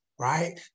Right